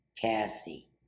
Cassie